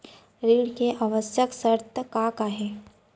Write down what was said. ऋण के आवश्यक शर्तें का का हवे?